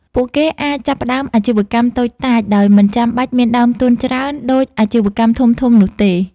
ពួកគេអាចចាប់ផ្តើមអាជីវកម្មតូចតាចដោយមិនចាំបាច់មានដើមទុនច្រើនដូចអាជីវកម្មធំៗនោះទេ។